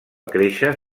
créixer